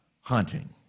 hunting